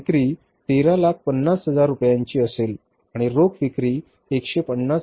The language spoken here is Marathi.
जून महिन्यासाठी 700 हजार डॉलर्स जुलै महिन्यासाठी 400 हजार डॉलर्स आणि ऑगस्ट महिन्यासाठी 400 हजार डॉलर्स